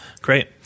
great